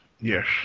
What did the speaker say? Yes